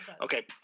Okay